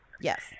yes